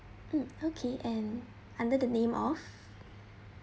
mm okay and under the name of